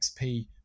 xp